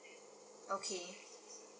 okay